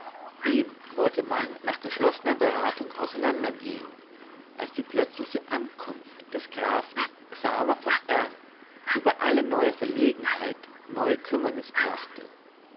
eben wollte man nach geschlossener beratung auseinander gehen als die plötzliche ankunft des grafen xaver von r über alle neue verlegenheit neue kümmernis brachte